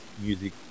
music